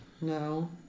No